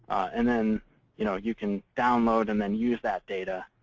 and then you know you can download and then use that data,